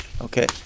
Okay